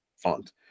font